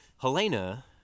Helena